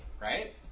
right